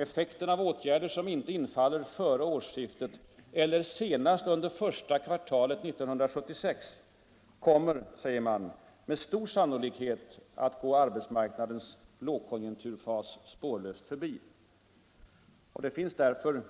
”Effekten av åtgärder som inte infaller före årsskiftet eller senast under första kvartalet 1976 kommer” — heter det —- ”med stor sannolikhet att gå arbetsmarknadens lågkonjunkturfas spårlöst förbi.” Det finns därför